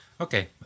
Okay